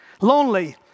Lonely